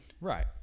Right